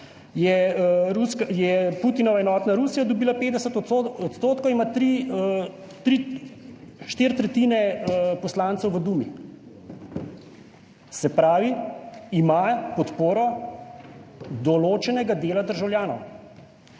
je Putinova Enotna Rusija dobila 50 %. Ima tri, tri, štiri tretjine poslancev v dumi, se pravi, ima podporo določenega dela državljanov.